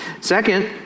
Second